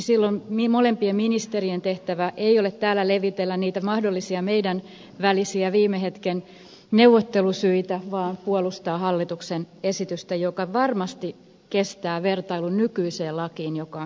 sasi sanoi kummankaan ministerien tehtävä ei ole täällä levitellä niitä mahdollisia meidän välisiämme viime hetken neuvottelusyitä vaan puolustaa hallituksen esitystä joka varmasti kestää vertailun nykyiseen lakiin joka on huono